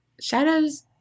shadows